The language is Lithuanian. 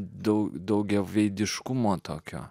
daug daugiaveidiškumo tokio